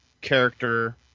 character